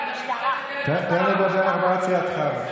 מיכאל, תן לחברת סיעתך לדבר,